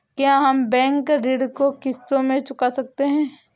क्या हम बैंक ऋण को किश्तों में चुका सकते हैं?